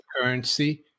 currency